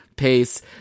pace